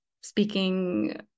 speaking